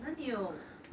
哪里有